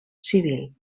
civil